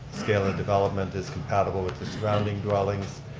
scale and development is compatible with the surrounding dwellings.